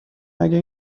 اگه